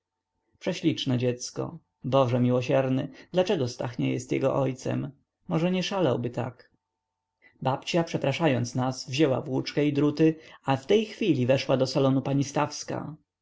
prześliczne dziecko boże miłosierny dlaczego stach nie jest jego ojcem może nie szalałby tak babcia przepraszając nas wzięła włóczkę i druty a w tej chwili weszła do salonu pani stawska